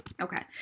Okay